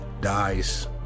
dies